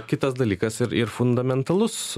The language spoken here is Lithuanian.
kitas dalykas ir ir fundamentalus